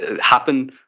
happen